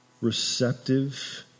Receptive